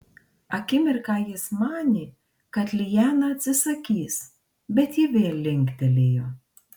akimirką jis manė kad liana atsisakys bet ji vėl linktelėjo